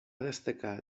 destacar